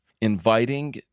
inviting